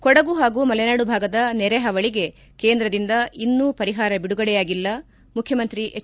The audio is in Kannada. ಕೊಡಗು ಹಾಗೂ ಮಲೆನಾಡು ಭಾಗದ ನೆರೆ ಹಾವಳಿಗೆ ಕೇಂದ್ರದಿಂದ ಇನ್ನೂ ಪರಿಹಾರ ಬಿಡುಗಡೆಯಾಗಿಲ್ಲ ಮುಖ್ಯಮಂತ್ರಿ ಎಚ್